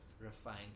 refined